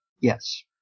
yes